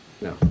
no